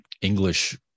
English